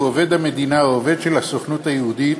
עובד המדינה או עובד של הסוכנות היהודית,